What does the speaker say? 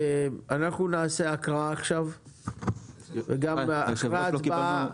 אנחנו נעשה הקראה עכשיו וגם הצבעה.